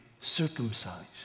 circumcised